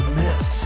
miss